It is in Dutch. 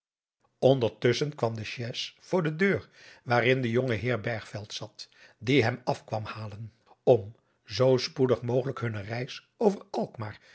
ondertusschen kwam de chais voor de deur waarin de jonge heer bergveld zat die hem af kwam halen om zoo spoedig mogelijk hunne reis over alkmaar naar